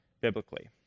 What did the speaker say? biblically